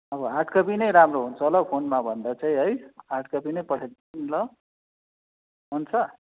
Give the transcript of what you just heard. अब hard copy नै राम्रो हुन्छ होला हौ फोनमा भन्दा चाहिँ है हार्ड कपी नै पठाइदिन्छु नि ल हुन्छ